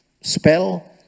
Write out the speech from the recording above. spell